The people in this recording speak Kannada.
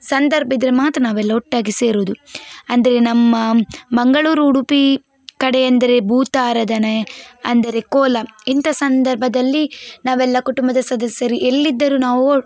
ಸಂದರ್ಭಿದ್ದರೆ ಮಾತ್ರ ನಾವೆಲ್ಲ ಒಟ್ಟಾಗಿ ಸೇರೋದು ಅಂದರೆ ನಮ್ಮ ಮಂಗಳೂರು ಉಡುಪಿ ಕಡೆ ಎಂದರೆ ಭೂತ ಆರಾಧನೆ ಅಂದರೆ ಕೋಲ ಇಂತ ಸಂದರ್ಭದಲ್ಲಿ ನಾವೆಲ್ಲಾ ಕುಟುಂಬದ ಸದಸ್ಯರು ಎಲ್ಲಿದ್ದರು ನಾವು